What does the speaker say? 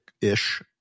ish